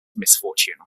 misfortune